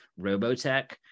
Robotech